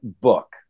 book